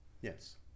Yes